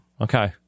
Okay